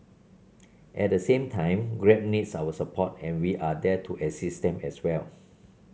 at the same time Grab needs our support and we are there to assist them as well